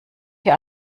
hier